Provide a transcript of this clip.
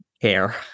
hair